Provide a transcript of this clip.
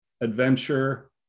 adventure